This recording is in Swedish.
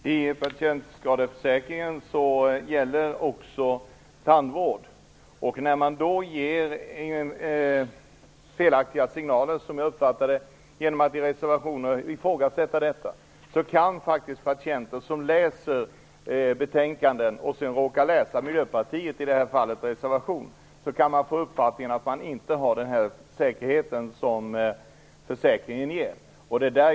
Fru talman! I patientskadeförsäkringen ingår också tandvård. När man då ger felaktiga signaler genom att i reservationer ifrågasätta detta, så kan faktiskt patienter som läser betänkandet och sedan råkar läsa miljöpartiets, i det här fallet, reservation få uppfattningen att man inte har den säkerhet som försäkringen ger.